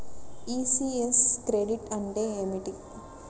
ECS credit అంటే ఏమిటి?